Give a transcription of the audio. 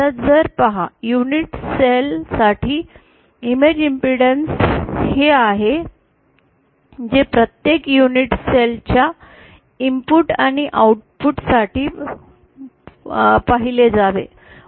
पहा unit cell साठी image impedance हे ते आहे जे प्रत्येक युनिट सेल च्या इनपुट आणि आउटपुट साठी पाहिले जावे